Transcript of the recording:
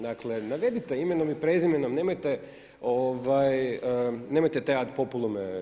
Dakle, navedite imenom i prezimenom, nemojte tjerat populume.